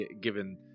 given